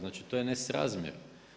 Znači to je nesrazmjer.